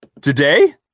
Today